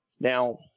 Now